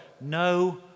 no